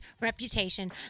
Reputation